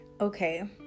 Okay